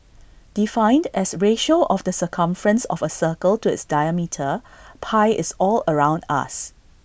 defined as ratio of the circumference of A circle to its diametre pi is all around us